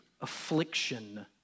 affliction